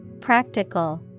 Practical